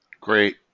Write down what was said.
Great